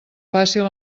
fàcil